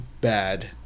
bad